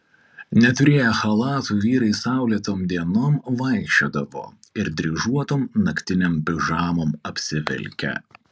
neturėję chalatų vyrai saulėtom dienom vaikščiodavo ir dryžuotom naktinėm pižamom apsivilkę